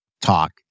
talk